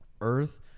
earth